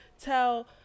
tell